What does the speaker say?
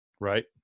Right